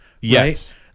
Yes